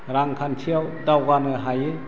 रांखान्थियाव दावगानो हायो